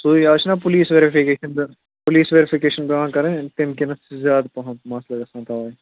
سُے آز چھِنا پُلیٖس ویرِفِکیَن پُلیٖس ویرِفِکیشَن پیوان کَرٕنۍ تمہِ کِنتھ چھِ زیادٕ پَہَم مَسلہٕ گژھان تَوَے